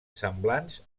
semblants